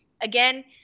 Again